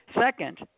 Second